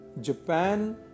Japan